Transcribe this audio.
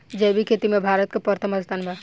जैविक खेती में भारत के प्रथम स्थान बा